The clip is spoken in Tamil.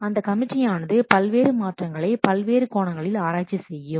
அந்த கமிட்டி ஆனது பல்வேறு மாற்றங்களை பல்வேறு கோணங்களில் ஆராய்ச்சி செய்யும்